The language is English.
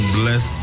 bless